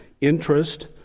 interest